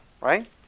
right